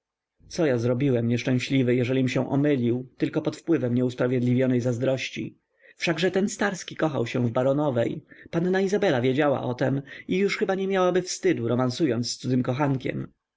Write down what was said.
co ja zrobiłem nieszczęśliwy jeżelim się omylił tylko pod wpływem nieusprawiedliwionej zazdrości wszakże ten starski kochał się w baronowej panna izabela wiedziała o tem i już chyba nie miałaby wstydu romansując z cudzym kochankiem